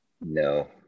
No